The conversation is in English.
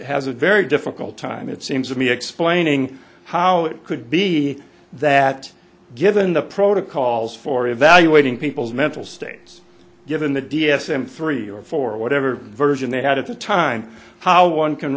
has a very difficult time it seems to me explaining how it could be that given the protocols for evaluating people's mental states given the d s m three or four whatever version they had at the time how one can